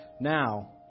now